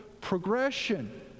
progression